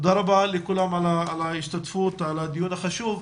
תודה רבה לכולם על ההשתתפות בדיון החשוב.